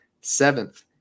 seventh